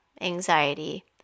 anxiety